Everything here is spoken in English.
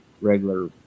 regular